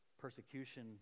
persecution